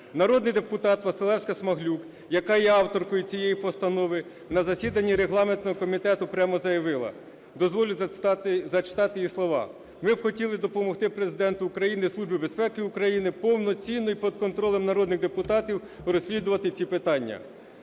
Народний депутат Василевська-Смаглюк, яка є авторкою цієї постанови, на засіданні регламентного комітету прямо заявила, дозволю зачитати її слова: "Ми б хотіли допомогти Президенту України і Службі безпеки України повноцінно і під контролем народних депутатів розслідувати ці питання".